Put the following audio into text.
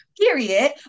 period